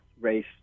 race